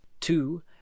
Two